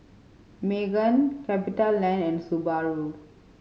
Megan CapitaLand and Subaru